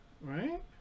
Right